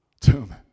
tomb